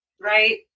right